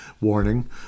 warning